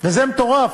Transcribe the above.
וזה מטורף.